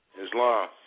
Islam